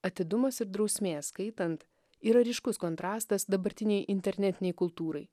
atidumas ir drausmė skaitant yra ryškus kontrastas dabartinei internetinei kultūrai